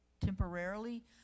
temporarily